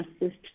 assist